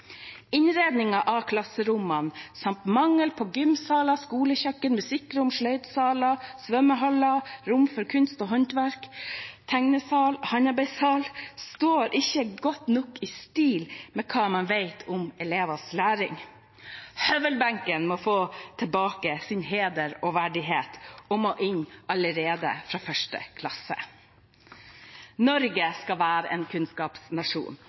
av klasserommene samt mangel på gymsaler, skolekjøkken, musikkrom, sløydsaler, svømmehaller, rom for kunst og håndverk, tegnesal og håndarbeidssal står ikke godt nok i stil med hva man vet om elevers læring. Høvelbenken må få tilbake sin heder og verdighet og må inn allerede fra 1. klasse. Norge skal være en kunnskapsnasjon,